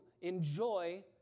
enjoy